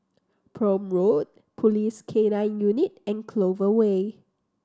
Prome Road Police K Nine Unit and Clover Way